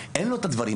אין לו את הדברים האלה.